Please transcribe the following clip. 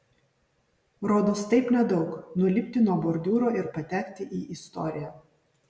rodos taip nedaug nulipti nuo bordiūro ir patekti į istoriją